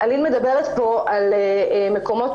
"מדינת ישראל לא